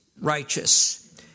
righteous